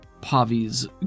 Pavi's